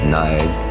night